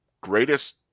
greatest